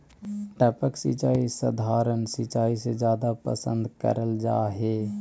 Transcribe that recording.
टपक सिंचाई सधारण सिंचाई से जादा पसंद करल जा हे